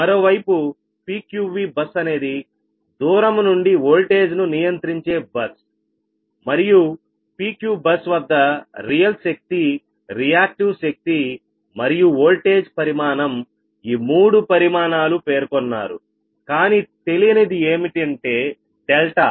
మరోవైపు PQVబస్ అనేది దూరము నుండి ఓల్టేజ్ ను నియంత్రించే బస్ మరియు PQVబస్ వద్ద రియల్ శక్తి రియాక్టివ్ శక్తి మరియు ఓల్టేజ్ పరిమాణం ఈ మూడు పరిమాణాలు పేర్కొన్నారు కాని తెలియనిది ఏమిటంటే డెల్టా